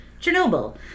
Chernobyl